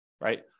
right